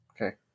okay